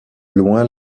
loin